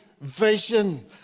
vision